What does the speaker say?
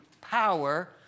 power